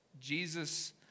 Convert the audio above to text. Jesus